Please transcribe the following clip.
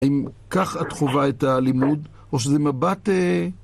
אם כך את חווה את הלימוד, או שזה מבט...